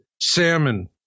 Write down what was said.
salmon